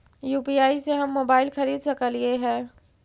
UPI से हम mobile खरिद सकलिऐ है